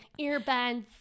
Earbuds